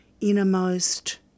innermost